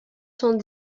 cent